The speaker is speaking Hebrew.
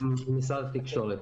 אנחנו ממשרד התקשורת